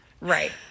Right